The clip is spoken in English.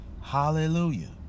Hallelujah